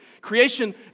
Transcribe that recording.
Creation